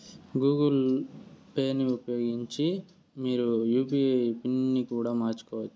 Google పేని ఉపయోగించి మీరు మీ యూ.పీ.ఐ పిన్ ని కూడా మార్చుకోవచ్చు